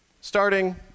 starting